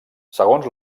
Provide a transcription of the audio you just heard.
segons